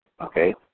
okay